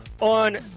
on